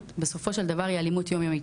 בסופו של דבר היא אלימות יום-יומית.